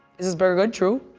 is this burger good? true.